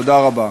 תודה רבה.